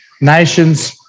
nations